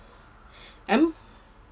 um